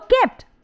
kept